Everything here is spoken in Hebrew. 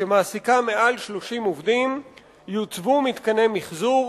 שמעסיקה מעל 30 עובדים יוצבו מתקני מיחזור.